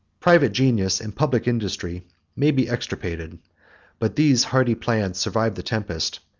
private genius and public industry may be extirpated but these hardy plants survive the tempest,